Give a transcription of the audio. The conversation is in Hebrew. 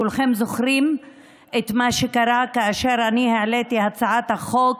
כולכם זוכרים את מה שקרה כאשר העליתי את הצעת החוק